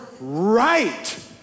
right